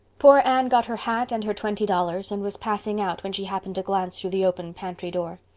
poor anne got her hat and her twenty dollars and was passing out when she happened to glance through the open pantry door.